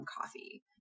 coffee